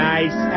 Nice